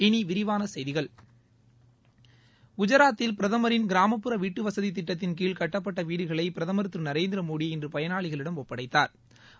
இனி விரிவான செய்திகள் குஜராத்தில் பிரதமின் கிராமப்புற வீட்டுவசதி திட்டத்தின் கீழ் கட்டப்பட்ட வீடுகளை பிரதமா் திரு நரேந்திரமோடி இன்று பயனாளிகளிடம் ஒப்படைத்தாா்